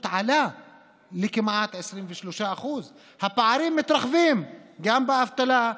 עלה לכמעט 23%. הפערים מתרחבים גם באבטלה,